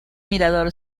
mirador